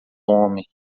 homem